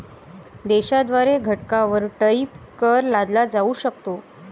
देशाद्वारे घटकांवर टॅरिफ कर लादला जाऊ शकतो